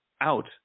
out